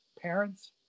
parents